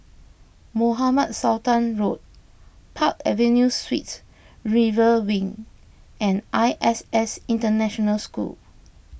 Mohamed Sultan Road Park Avenue Suites River Wing and I S S International School